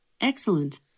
Excellent